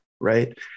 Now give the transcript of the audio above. right